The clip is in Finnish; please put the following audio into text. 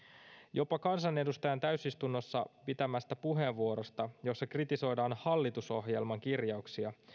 jopa kansanedustajan täysistunnossa pitämästä puheenvuorosta jossa kritisoidaan hallitusohjelman kirjauksia